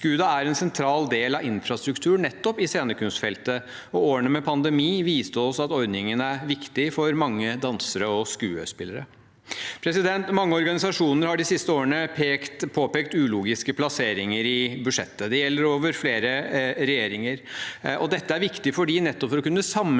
SKUDA er en sentral del av infrastrukturen nettopp i scenekunstfeltet, og årene med pandemi viste oss at ordningen er viktig for mange dansere og skuespillere. Mange organisasjoner har de siste årene påpekt ulogiske plasseringer i budsjettet. Det gjelder under flere regjeringer. Dette er viktig for å kunne sammenligne